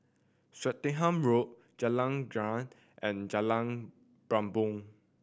Swettenham Road Jalan Girang and Jalan Bumbong